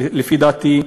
לדעתי,